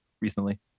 recently